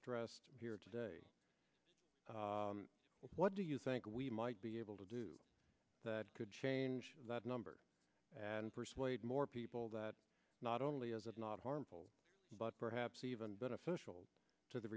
stressed here today what do you think we might be able to do that could change that number and persuade more people that not only is it not harmful but perhaps even beneficial to the